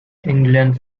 england